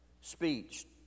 speech